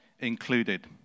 included